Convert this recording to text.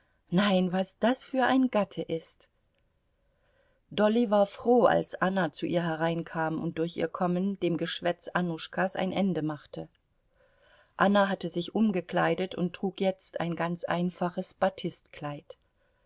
nein was das für ein gatte ist dolly war froh als anna zu ihr hereinkam und durch ihr kommen dem geschwätz annuschkas ein ende machte anna hatte sich umgekleidet und trug jetzt ein ganz einfaches